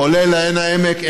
כולל עין העמק,